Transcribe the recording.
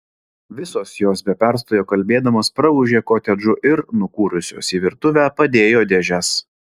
visos jos be perstojo kalbėdamos praūžė kotedžu ir nukūrusios į virtuvę padėjo dėžes